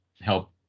help